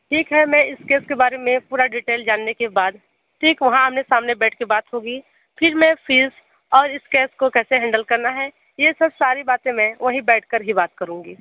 ठीक है मैं इस केस के बारे में पूरा डिटेल जानने के बाद ठीक वहाँ आमने सामने बैठ के बात होगी फिर मैं फीस और इस केस को कैसे हैंडल करना है ये सब सारी बाते मैं वहीं बैठ कर ही बात करूँगी